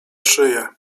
szyję